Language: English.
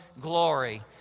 glory